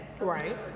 Right